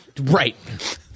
Right